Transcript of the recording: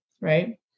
right